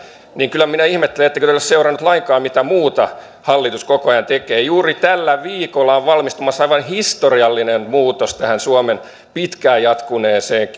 niin kyllä minä ihmettelen ettekö te ole seuranneet lainkaan mitä muuta hallitus koko ajan tekee juuri tällä viikolla on valmistumassa aivan historiallinen muutos tähän suomen pitkään jatkuneeseen